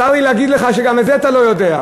צר לי להגיד לך שגם את זה אתה לא יודע.